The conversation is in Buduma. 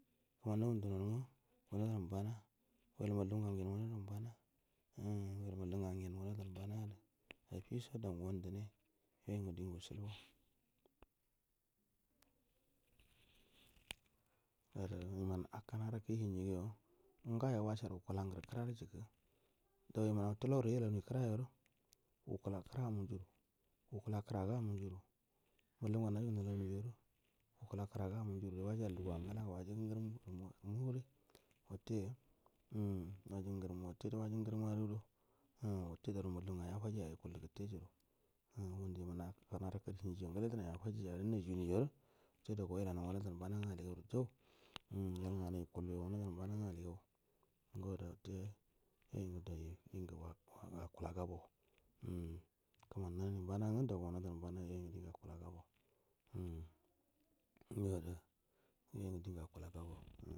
Kman na wuni du non nga wuna dan bana wulu mallam ngau ngen uuna dan bana uulu mallam ngau ngen wuna dan bana ummm wel umm nga ngen wuna dan banate affiso dau nga wandai yoi ngu dingu wucce bua da iman akkan arakuru hin gi yo ngasho washer wukula nguru kura ro jaka do imanau tulor re yalau ni kkra yora wuka la kra mu kaaru wu kulaa kira gamu jora mallam ugau na jug u na lau ni joru wukula kira ga mu juru re waji allu ga angala ga wa kigu ngurum ma mure watte umm umm watte dau ru mallu nga yafaji ga ijul gutte jaru umm gun du iman akkan ara kuru hingi yo nganle du nai yafa jija renaja ni joru wutte dau go we lan na wuna dan bana nga alli gauru jau umm yai nnga nu yu ku yo wel na dan bana nga galiga oda ga watte umm kumania na n ani bana ngu dau go wunadan bana yoi ngu dingu akula ga ai umm yoga yai nga din gu akulla gabou.